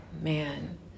Man